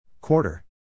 Quarter